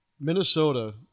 Minnesota